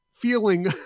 feeling